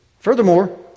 Furthermore